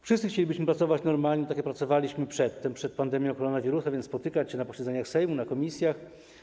Wszyscy chcielibyśmy pracować normalnie, tak jak pracowaliśmy przedtem, przed pandemią koronawirusa, a więc spotykać się na posiedzeniach Sejmu, w komisjach.